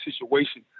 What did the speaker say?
situation